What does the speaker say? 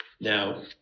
Now